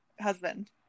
husband